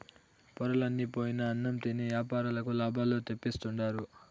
పొరలన్ని పోయిన అన్నం తిని యాపారులకు లాభాలు తెప్పిస్తుండారు